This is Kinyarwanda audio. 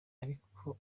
ariko